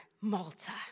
Malta